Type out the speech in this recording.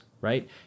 right